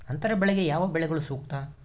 ಅಂತರ ಬೆಳೆಗೆ ಯಾವ ಬೆಳೆಗಳು ಸೂಕ್ತ?